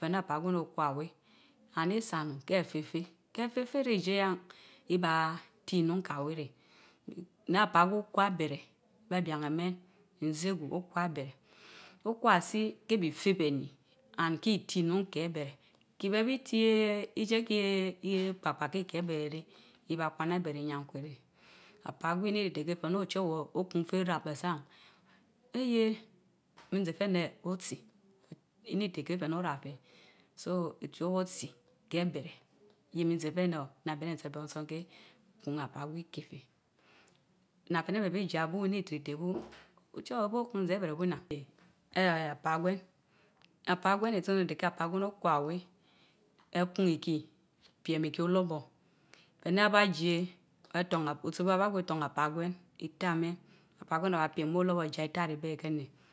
fe ne apan gwen otion we and isaanu Fee, ka te fèè re ide yen ka Fe iba ti nun ka we re. Né apaa gui okwa bere be abian amer Naegwu Okwa abere. Okwa si kebi fe beni and ki ti mun ke ebere ki be bitie Ivekie je papa ke abere reét Iba kuang bere bee iyantowe reé Apaa gwi Iinitivite ke Ochower O tkun té ra abasaan, eyeeh! nee fe a ne oti inite ke ohun fé ra kéé So Ochowor oti ke abere ye mize fé anοό na ben tsor bentsor ke, ruun na apaa gwi ke mi. Na Fe ne bé bi Ja ba ini teri le bu, Ochowor bu okunzée a abere bun nna ne eehn apaagwen apaa gwen ntso Okwa wee iterite he apaa gwen a kun iki piem ita dorbon Fere abn Jee a ton otu aba gwe for apan gwen itaa men apan gwen oba piem weé olorbor jie itaribe reen reé.